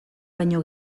baino